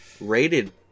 rated